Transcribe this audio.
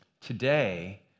Today